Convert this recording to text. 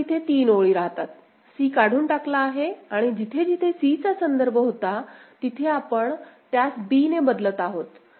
तर आता तिथे 3 ओळी राहतात c काढून टाकला आहे आणि जिथे जिथे c चा संदर्भ होता तिथे आपण त्यास b ने बदलत आहोत